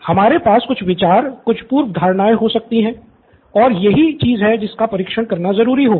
हमारे पास कुछ विचार कुछ पूर्व धारणाएं हो सकती हैं और यही चीज है जिसका परीक्षण करना ज़रूरी होगा